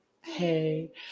Hey